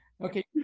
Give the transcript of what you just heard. Okay